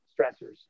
stressors